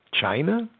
China